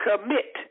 Commit